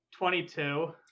22